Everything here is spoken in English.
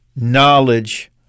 knowledge